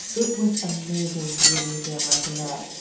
it was amazing to be in a museum like the met,